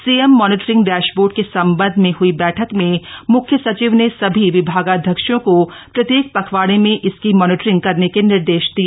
CM monitoring dashboard के संबंध में हई बैठक में मुख्य सचिव ने सभी विभागाध्यक्षों को प्रत्येक पखवाड़े में इसकी मॉनिटरिंग करने के निर्देश दिए